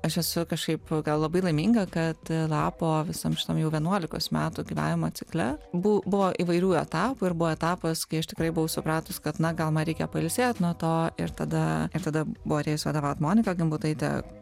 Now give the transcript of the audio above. aš esu kažkaip gal labai laiminga kad lapo visom šitom jau vienuolikos metų gyvenimo cikle bu buvo įvairių etapų ir buvo etapas kai aš tikrai buvau supratus kad na gal man reikia pailsėt nuo to ir tada ir tada buvo atėjus vadovaut monika gimbutaitė